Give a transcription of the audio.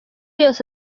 yose